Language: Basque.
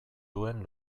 duen